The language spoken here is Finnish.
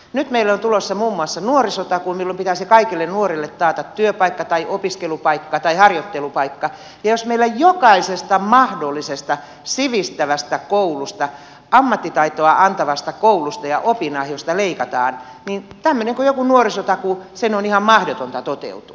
nyt meille on tulossa muun muassa nuorisotakuu jolloin pitäisi kaikille nuorille taata työpaikka tai opiskelupaikka tai harjoittelupaikka mutta jos meillä jokaisesta mahdollisesta sivistävästä koulusta ammattitaitoa antavasta koulusta ja opinahjosta leikataan niin tämmöinen kuin joku nuorisotakuu sen on ihan mahdotonta toteutua